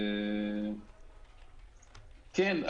כן.